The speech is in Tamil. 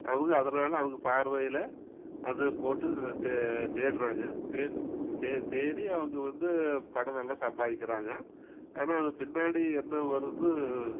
அவங்க அதனால் அவங்க பார்வையில் அது போட்டு தே தேடுறாங்க தேட் தேடி அவங்க வந்து பணம் நல்லா சம்பாதிக்கிறாங்க ஆனால் அது பின்னாடி என்ன வருன்னு